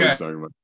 Okay